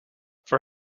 for